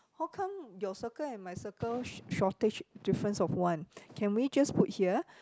how come your circle and my circle sh~ shortage difference of one can we just put here